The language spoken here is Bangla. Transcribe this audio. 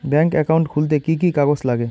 ব্যাঙ্ক একাউন্ট খুলতে কি কি কাগজ লাগে?